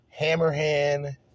Hammerhand